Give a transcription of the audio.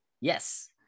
yes